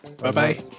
Bye-bye